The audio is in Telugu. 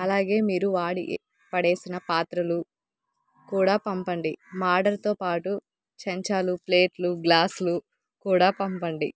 అలాగే మీరు వాడి పడేసిన పాత్రలు కూడా పంపండి మా ఆర్డర్తోపాటు చెంచాలు ప్లేట్లు గ్లాసులు కూడా పంపండి